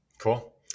Cool